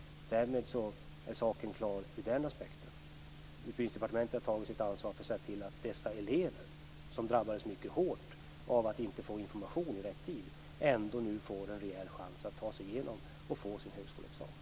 Därmed är saken klar ur den aspekten. Utbildningsdepartementet har tagit sitt ansvar för att se till att dessa elever, som drabbades mycket hårt av att inte få information i rätt tid, nu ändå får en reell chans att ta sig igenom och få sin högskoleexamen.